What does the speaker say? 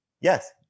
Yes